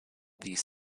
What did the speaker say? these